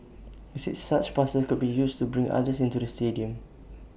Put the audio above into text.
he said such passes could be used to bring others into the stadium